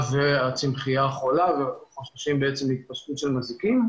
והאוכלוסייה חולה וחוששים מהתפשטות של מזיקים,